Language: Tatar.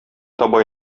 таба